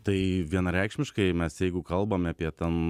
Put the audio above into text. tai vienareikšmiškai mes jeigu kalbame apie ten